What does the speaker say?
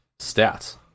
stats